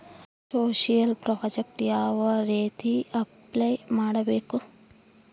Social project ಯಾವ ರೇತಿ apply ಮಾಡಬೇಕು?